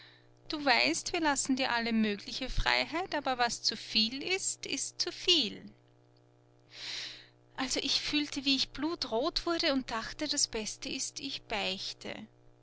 du weißt wir lassen dir alle mögliche freiheit aber was zu viel ist ist zu viel also ich fühlte wie ich blutrot wurde und dachte das beste ist ich beichte